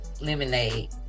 Lemonade